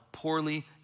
Poorly